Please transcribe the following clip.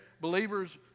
believers